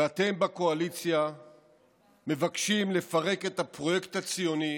ואתם בקואליציה מבקשים לפרק את הפרויקט הציוני,